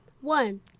One